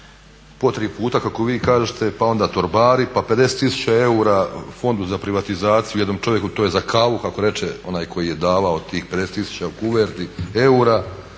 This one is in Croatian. po tri puta kako vi kažete, pa onda torbari, pa 50000 eura Fondu za privatizaciju jednom čovjeku to je za kavu kako reče onaj koji je davao tih 50000 u kuverti eura.